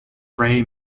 ray